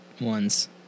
ones